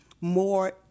more